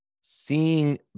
seeing